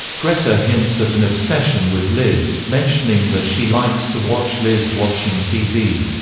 greta hints at an obsession with liz, mentioning that she likes to watch liz watching tv.